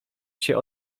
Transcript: się